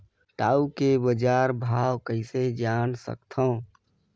टाऊ के बजार भाव कइसे जान सकथव?